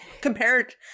compared